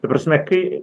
ta prasme kai